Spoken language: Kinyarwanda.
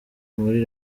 muri